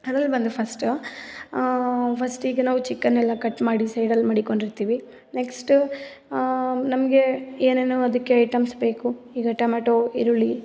ಅದ್ರಲ್ಲಿ ಬಂದು ಫಸ್ಟು ಫಸ್ಟಿಗೆ ನಾವು ಚಿಕನ್ ಎಲ್ಲ ಕಟ್ ಮಾಡಿ ಸೈಡಲ್ಲಿ ಮಡಿಕೊಂಡಿರ್ತೀವಿ ನೆಕ್ಸ್ಟ್ ನಮಗೆ ಏನೇನೋ ಅದಕ್ಕೆ ಐಟಮ್ಸ್ ಬೇಕು ಈಗ ಟಮೆಟೋ ಈರುಳ್ಳಿ